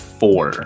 four